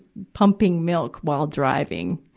pumping milk while driving.